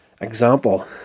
example